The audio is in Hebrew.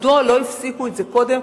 מדוע לא הפסיקו את זה קודם?